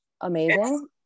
amazing